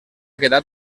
quedat